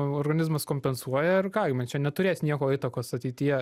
organizmas kompensuoja ir ką man čia neturės nieko įtakos ateityje